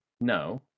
no